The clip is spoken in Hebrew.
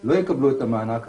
לא יקבלו את המענק החד-פעמי.